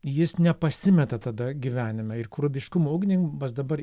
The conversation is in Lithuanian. jis nepasimeta tada gyvenime ir kūrybiškumo ugdymas dabar